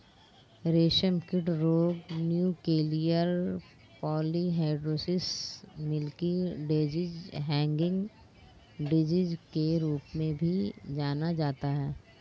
रेशमकीट रोग nuclear polyhedrosis, milky disease, hanging disease के रूप में भी जाना जाता है